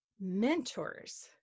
mentors